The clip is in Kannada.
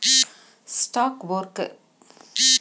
ಸ್ಟಾಕ್ ಬ್ರೋಕರ್ಗಳು ಬ್ರೋಕರೇಜ್ ಸಂಸ್ಥೆಗಾಗಿ ಕೆಲಸ ಮಾಡತಾರಾ